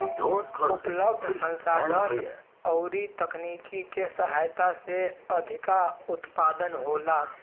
उपलब्ध संसाधन अउरी तकनीकी के सहायता से अधिका उत्पादन होला